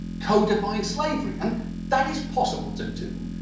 codifying slavery. and that is possible to do.